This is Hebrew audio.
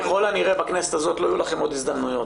ככל הנראה בכנסת הזאת לא יהיו לכם עוד הזדמנויות.